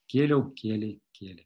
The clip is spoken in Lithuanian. kėliau kėlei kėlė